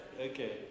Okay